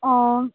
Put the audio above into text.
অ'